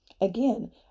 Again